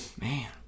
Man